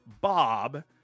bob